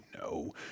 no